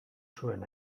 zuen